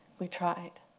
we tried.